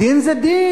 דין זה דין,